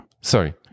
sorry